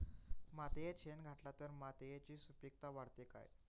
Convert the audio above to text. मातयेत शेण घातला तर मातयेची सुपीकता वाढते काय?